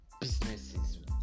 businesses